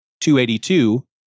282